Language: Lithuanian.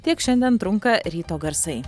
tiek šiandien trunka ryto garsai